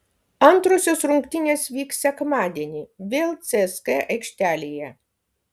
antrosios rungtynės vyks sekmadienį vėl cska aikštelėje